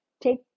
Take